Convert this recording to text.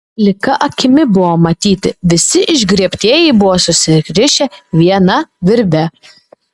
plika akimi buvo matyti visi išgriebtieji buvo susirišę viena virve